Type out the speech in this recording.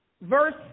verse